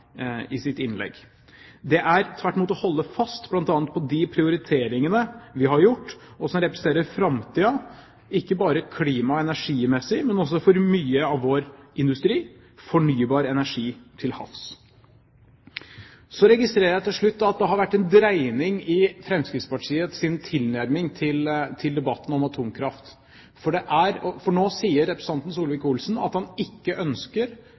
i sitt innlegg. Det er tvert imot å holde fast på bl.a. de prioriteringene vi har gjort, og som representerer framtida, ikke bare klima- og energimessig, men også for mye av vår industri som gjelder fornybar energi til havs. Til slutt: Jeg registrerer at det har vært en dreining i Fremskrittspartiets tilnærming til debatten om atomkraft, for nå sier representanten Solvik-Olsen at han ikke lenger ønsker